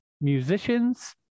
musicians